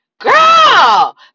Girl